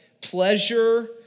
pleasure